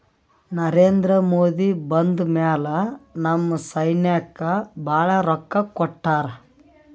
ನರೇಂದ್ರ ಮೋದಿ ಬಂದ್ ಮ್ಯಾಲ ನಮ್ ಸೈನ್ಯಾಕ್ ಭಾಳ ರೊಕ್ಕಾ ಕೊಟ್ಟಾರ